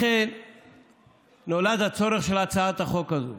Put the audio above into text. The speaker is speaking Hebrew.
לכן נולד הצורך בהצעת החוק הזאת.